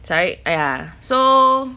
sorry ya so